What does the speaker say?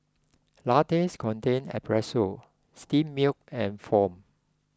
lattes contain espresso steamed milk and foam